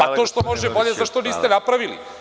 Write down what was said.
A to što može bolje, zašto niste napravili?